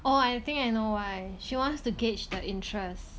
oh I think I know why she wants to gauge the interest